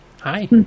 Hi